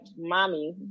mommy